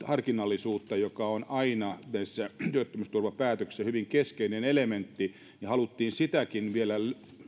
harkinnallisuutta joka on aina näissä työttömyysturvapäätöksissä hyvin keskeinen elementti haluttu sitäkin vielä